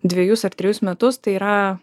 dvejus ar trejus metus tai yra